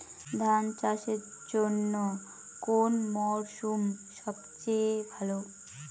ধান চাষের জন্যে কোন মরশুম সবচেয়ে ভালো?